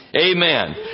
Amen